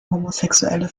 homosexuelle